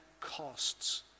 costs